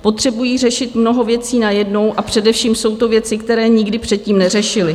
Potřebují řešit mnoho věcí najednou, a především jsou to věci, které nikdy předtím neřešili.